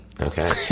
Okay